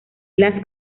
las